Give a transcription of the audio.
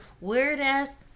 weird-ass